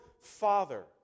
Father